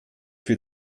für